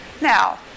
now